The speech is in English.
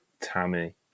Tammy